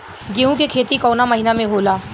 गेहूँ के खेती कवना महीना में होला?